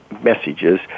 messages